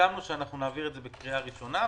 סיכמנו שנעביר את זה בקריאה ראשונה,